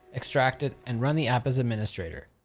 extract it and run the app as administrator.